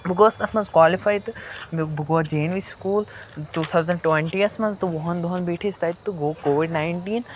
بہٕ گوس تَتھ منٛز کالِفاے تہٕ مےٚ بہٕ بوڈ J N V school two thousand twenty یَس منٛز تہٕ وُہَن دۄہَن بیٖٹھۍ أسۍ تَتہِ تہٕ گوٚو کووِڈ نایِنٹیٖن